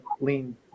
lean